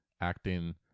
acting